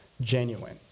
genuine